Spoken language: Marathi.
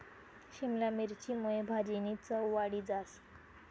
शिमला मिरची मुये भाजीनी चव वाढी जास